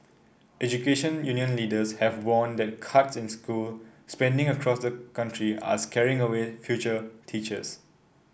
education union leaders have warned that cuts in school spending across the country are scaring away future teachers